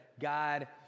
God